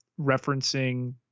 referencing